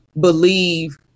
believe